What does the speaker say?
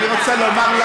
למה לא